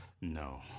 No